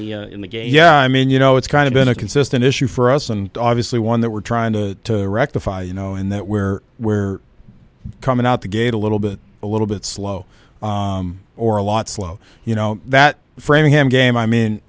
the in the game yeah i mean you know it's kind of been a consistent issue for us and obviously one that we're trying to rectify you know in that where we're coming out the gate a little bit a little bit slow or a lot slow you know that framingham game i